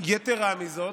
יתרה מזאת,